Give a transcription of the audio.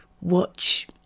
watch